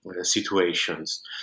situations